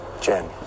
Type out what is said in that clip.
Jen